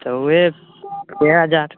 चौबीस छे हजार